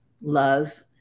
love